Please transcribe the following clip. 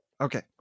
Okay